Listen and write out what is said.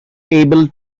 able